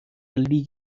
لیگ